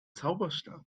zauberstab